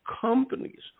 companies